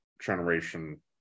generation